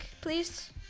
please